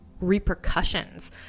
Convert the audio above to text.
repercussions